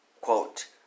quote